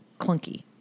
clunky